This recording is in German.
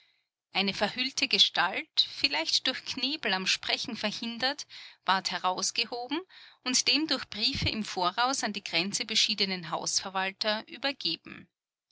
eine verhüllte gestalt vielleicht durch knebel am sprechen verhindert ward herausgehoben und dem durch briefe im voraus an die grenze beschiedenen hausverwalter übergeben